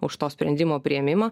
už to sprendimo priėmimą